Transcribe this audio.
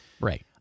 Right